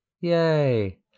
yay